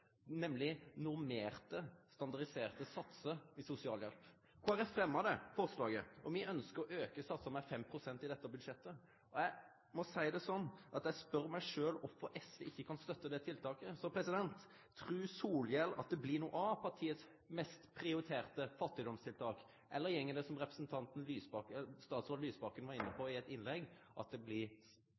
nemleg normerte, standardiserte satsar i sosialhjelp. Kristeleg Folkeparti fremmar det forslaget. Me ønskjer å auke satsen med 5 pst. i dette budsjettet. Eg spør meg sjølv kvifor SV ikkje kan støtte det tiltaket. Trur Solhjell at det blir noko av partiet sitt høgast prioriterte fattigdomstiltak, eller går det slik som statsråd Lysbakken var inne på i eit innlegg, at det rett og slett blir